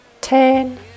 ten